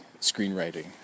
screenwriting